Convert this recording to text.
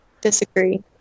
disagree